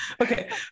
Okay